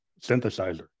synthesizer